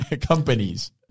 companies